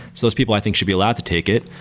so those people i think should be allowed to take it.